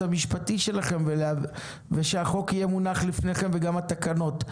המשפטי שלכם ושהחוק יהיה מונח לפניכם וגם התקנות.